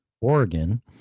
Oregon